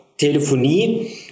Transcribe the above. Telefonie